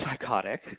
psychotic